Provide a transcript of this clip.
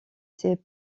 ces